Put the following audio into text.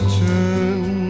turn